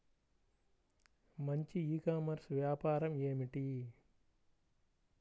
మంచి e commerce వ్యాపారం ఏమిటీ?